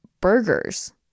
burgers